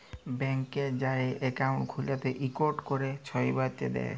ব্যাংকে যাঁয়ে একাউল্ট খ্যুইলে ইকট ক্যরে ছবাইকে দেয়